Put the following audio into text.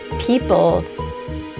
People